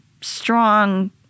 Strong